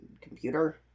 computer